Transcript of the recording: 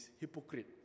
hypocrite